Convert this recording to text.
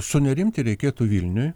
sunerimti reikėtų vilniui